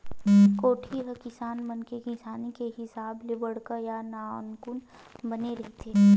कोठी ह किसान मन के किसानी के हिसाब ले बड़का या नानकुन बने रहिथे